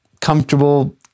comfortable